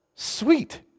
Sweet